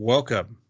Welcome